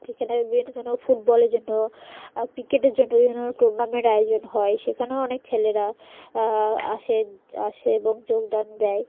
এখানে বিভিন্ন ধরনের ফুটবলের জন্য ক্রিকেটের জন্য বিভিন্ন ধর টুর্নামেন্ট আয়োজন হয় সেখানেও অনেক ছেলেরা আসে আসে এবং যোগদান দেয়